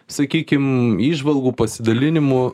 sakykim įžvalgų pasidalinimų